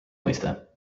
mõiste